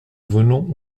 venons